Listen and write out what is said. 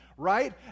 right